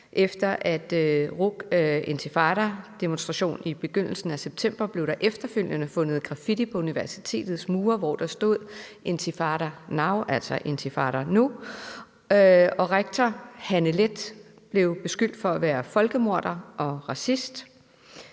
efter en rucintifadademonstration i begyndelsen af september blev der efterfølgende fundet graffiti på universitetets mure, hvor der stod: »Intifada now«, altså intifada nu. Og rektor Hanne Leth Andersen blev beskyldt for at være folkemorder og racist.